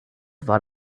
war